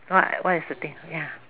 what what is the thing ya